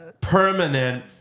permanent